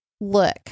look